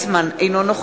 אנשים שאמרו את זה אז,